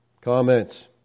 comments